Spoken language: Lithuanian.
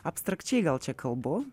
abstrakčiai gal čia kalbu